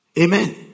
amen